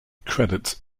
credits